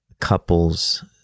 couples